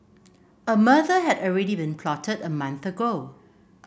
a murder had already been plotted a month ago